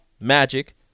Magic